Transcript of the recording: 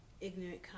ignorant